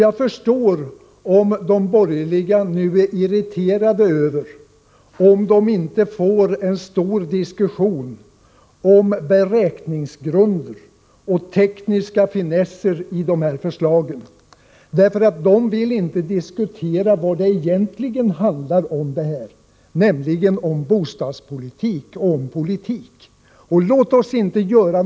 Jag förstår om de borgerliga nu är irriterade över att de inte får en stor diskussion om beräkningsgrunder och tekniska finesser i förslagen, eftersom de borgerliga inte vill diskutera vad det egentligen handlar om, nämligen om bostadspolitik och politik över huvud taget.